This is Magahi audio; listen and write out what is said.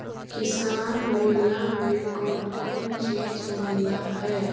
किसान मेला मे कोन कोन चिज मिलै है?